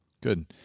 Good